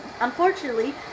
unfortunately